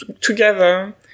together